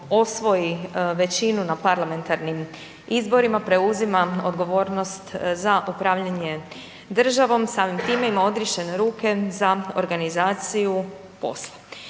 osvoji većinu na parlamentarnim izborima, preuzima odgovornost za popravljanje državom, samim time ima odriješene ruke za organizaciju posla.